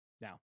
Now